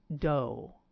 dough